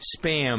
spam